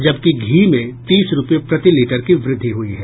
जबकि घी में तीस रूपये प्रति लीटर की वृद्धि ह्यी है